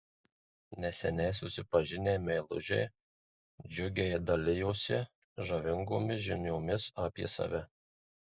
neseniai susipažinę meilužiai džiugiai dalijosi žavingomis žiniomis apie save